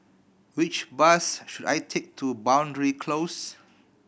which bus should I take to Boundary Close